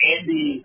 Andy